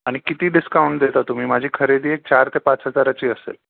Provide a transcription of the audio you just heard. आणि किती डिस्काउंट देता तुम्ही माझी खरेदी एक चार ते पाच हजाराची असेल